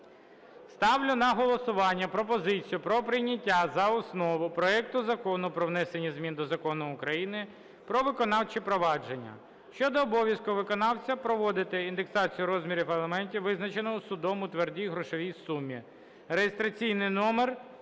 Ставлю на голосування пропозицію про прийняття за основу проекту Закону про внесення змін до Закону України "Про виконавче провадження" (щодо обов'язку виконавця проводити індексацію розміру аліментів, визначеного судом у твердій грошовій сумі) (реєстраційний номер